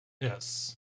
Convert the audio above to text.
Yes